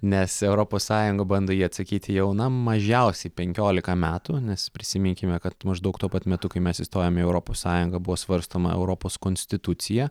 nes europos sąjunga bando į jį atsakyti jau na mažiausiai penkioliką metų nes prisiminkime kad maždaug tuo pat metu kai mes įstojom į europos sąjungą buvo svarstoma europos konstitucija